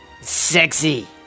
Sexy